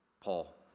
Paul